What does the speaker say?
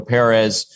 Perez